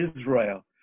Israel